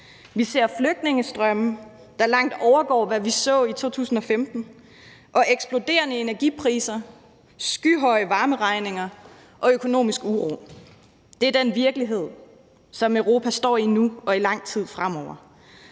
vi ser flygtningestrømme, der langt overgår, hvad vi så i 2015, og eksploderende energipriser, skyhøje varmeregninger og økonomisk uro. Det er den virkelighed, som Europa står i nu og i lang tid fremover,